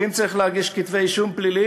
ואם צריך להגיש כתבי-אישום פליליים,